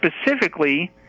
specifically